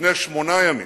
לפני שמונה ימים